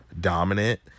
dominant